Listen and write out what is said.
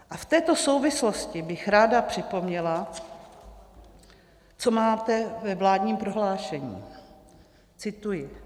V této souvislosti bych ráda připomněla, co máte ve vládním prohlášení cituji: